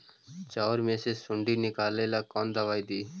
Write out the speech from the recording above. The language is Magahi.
चाउर में से सुंडी निकले ला कौन दवाई दी?